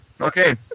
okay